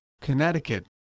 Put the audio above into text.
Connecticut